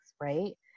right